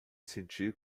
senti